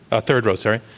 ah third row, sorry.